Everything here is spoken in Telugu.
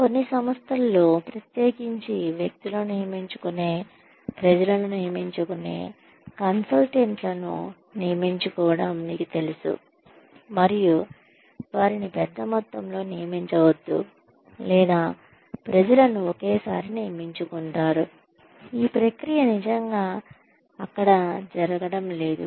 కొన్ని సంస్థలలో ప్రత్యేకించి వ్యక్తులను నియమించుకునే ప్రజలను నియమించుకునే కన్సల్టెంట్లను నియమించుకోవడం మీకు తెలుసు మరియు వారిని పెద్దమొత్తంలో నియమించవద్దు లేదా ప్రజలను ఒకేసారి నియమించుకుంటారు ఈ ప్రక్రియ నిజంగా అక్కడ జరగడం లేదు